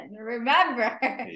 Remember